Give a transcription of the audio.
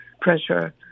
pressure